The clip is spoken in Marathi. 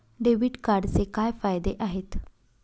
डेबिट कार्डचे काय फायदे आहेत?